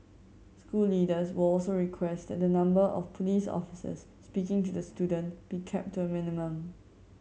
school leaders will also request that the number of police officers speaking to the student be kept a minimum